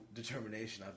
determination